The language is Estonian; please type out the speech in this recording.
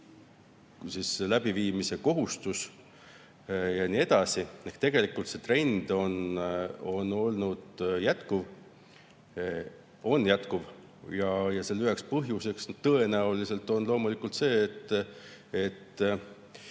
läbiviimise kohustus ja nii edasi. Tegelikult see trend on olnud jätkuv ja üheks põhjuseks tõenäoliselt on loomulikult see, et